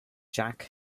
jack